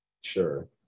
Sure